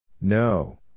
No